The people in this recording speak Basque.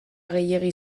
gehiegi